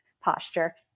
posture